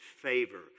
favor